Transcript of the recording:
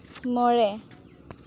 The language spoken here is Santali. ᱢᱚᱬᱮ